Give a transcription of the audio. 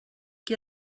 qui